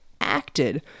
acted